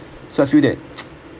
so I feel that